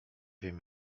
wiem